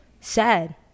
sad